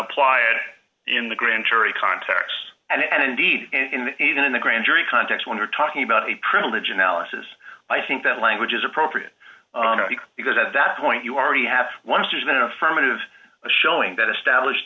apply it in the grand jury context and indeed in even in the grand jury context when you're talking about a privilege analysis i think that language is appropriate because at that point you already have once there's been affirmative showing that established